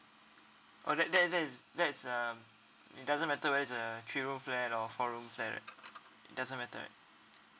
oh that that that is that is um it doesn't matter whether it's a three room flat or four room flat it doesn't matter